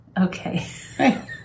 Okay